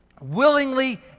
willingly